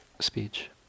speech